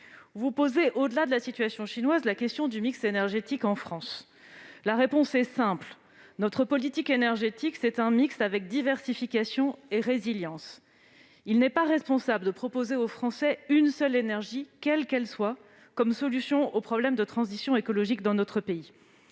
fréquents. Au-delà de la situation chinoise, vous posez la question du mix énergétique en France. La réponse est simple : notre politique énergétique est un mix avec diversification et résilience. Il n'est pas responsable de proposer aux Français une seule énergie, quelle qu'elle soit, comme solution au problème de la transition écologique dans notre pays.